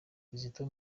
kizito